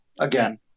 again